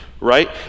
right